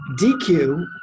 DQ